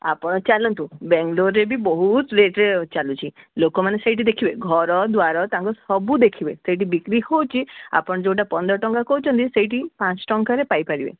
ଆପଣ ଚାଲନ୍ତୁ ବେଙ୍ଗଲୋରରେ ବି ବହୁତ ରେଟ୍ରେ ଚାଲୁଛି ଲୋକମାନେ ସେଇଠି ଦେଖିବେ ଘର ଦ୍ୱାର ତାଙ୍କୁ ସବୁ ଦେଖିବେ ସେଇଠି ବିକ୍ରି ହଉଛି ଆପଣ ଯେଉଁଟା ପନ୍ଦର ଟଙ୍କା କହୁଛନ୍ତି ସେଇଠି ପାଞ୍ଚ ଟଙ୍କାରେ ପାଇପାରିବେ